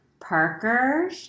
Parker